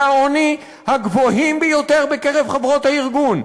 העוני הגבוהים ביותר בקרב חברות הארגון.